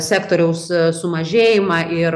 sektoriaus sumažėjimą ir